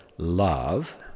love